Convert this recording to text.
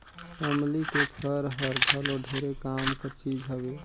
अमली के फर हर घलो ढेरे काम कर चीज हवे